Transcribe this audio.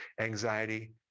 anxiety